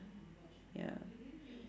ya